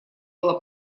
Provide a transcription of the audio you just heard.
было